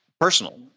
personal